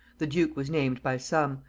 the duke was named by some,